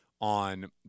on